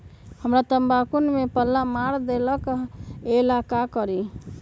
हमरा तंबाकू में पल्ला मार देलक ये ला का करी?